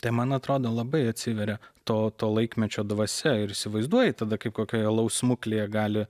tai man atrodo labai atsiveria to to laikmečio dvasia ir įsivaizduoji tada kaip kokioje alaus smuklėje gali